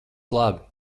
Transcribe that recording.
labi